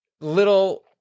little